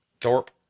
Thorpe